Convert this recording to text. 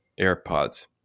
AirPods